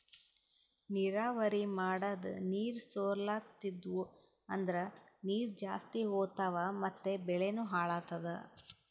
ನೀರಾವರಿ ಮಾಡದ್ ನೀರ್ ಸೊರ್ಲತಿದ್ವು ಅಂದ್ರ ನೀರ್ ಜಾಸ್ತಿ ಹೋತಾವ್ ಮತ್ ಬೆಳಿನೂ ಹಾಳಾತದ